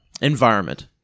environment